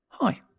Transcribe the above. Hi